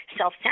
self